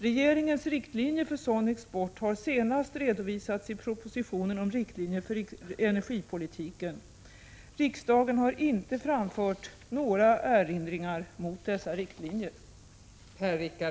Regeringens riktlinjer för sådan export har senast redovisats i propositionen om riktlinjer för energipolitiken. Riksdagen har inte framfört några erinringar mot dessa riktlinjer.